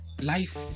life